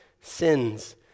sins